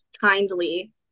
kindly